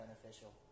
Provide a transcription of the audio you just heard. beneficial